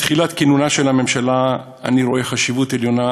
מתחילת כינונה של הממשלה אני רואה חשיבות עליונה